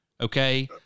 okay